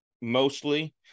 mostly